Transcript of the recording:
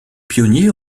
pionniers